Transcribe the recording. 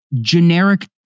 generic